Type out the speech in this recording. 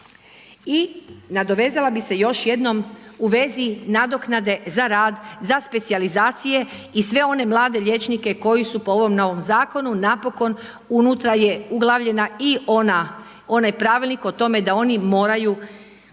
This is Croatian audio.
I nadovezala bih se još jednom u vezi nadoknade za rad za specijalizacije i sve one mlade liječnike koji su po ovom novom Zakonu napokon, unutra je uglavljena i onaj Pravilnik o tome da oni moraju